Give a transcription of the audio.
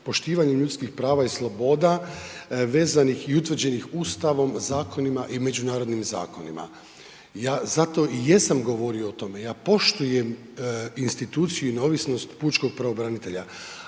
poštivanju ljudskih prava i sloboda vezanih i utvrđenih Ustavom, zakonima i međunarodnim zakonima. Ja zato i jesam govorio o tome, ja poštujem instituciju i neovisnost pučkog pravobranitelja,